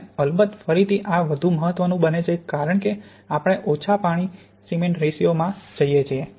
અને અલબત્ત ફરીથી આ વધુ મહત્વનું બને છે કારણ કે આપણે ઓછા પાણી સિમેન્ટ રેશિયો માં જઈએ છીએ